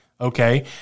okay